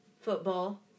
football